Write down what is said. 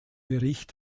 bericht